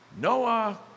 Noah